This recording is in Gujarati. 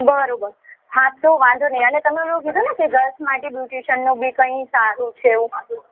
બરાબર હા તો વાંધો નહીં અને તમે પેલું કીધું ને કે ગર્લ્સ માટે બ્યુટિિશયનનું બી કંઇ સારું છે એવું